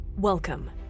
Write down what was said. Welcome